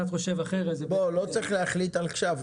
לא צריך להחליט עכשיו.